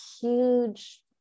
huge